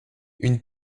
une